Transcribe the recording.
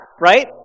right